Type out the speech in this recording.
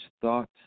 thought